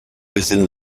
within